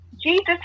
Jesus